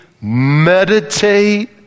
meditate